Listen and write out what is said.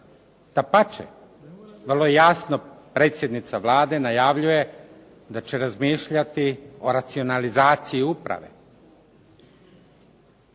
Dapače, vrlo jasno predsjednica Vlade najavljuje da će razmišljati o racionalizaciji uprave.